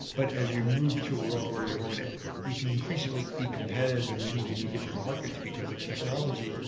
but as you move to a world where you're going to you can increasingly be competitive in many, many different markets because of technology.